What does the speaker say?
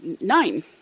nine